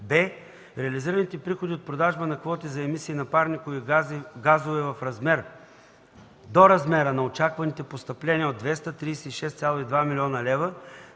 б) реализираните приходи от продажба на квоти за емисии на парникови газове до размера на очакваните постъпления от 236,2 млн. лв.